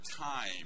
time